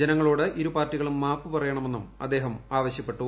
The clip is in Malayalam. ജനങ്ങളോട് ഇരു പാർട്ടികളും മാപ്പ് പറയണമെന്നും അദ്ദേഹം ആവശ്യപ്പെട്ടു